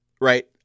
right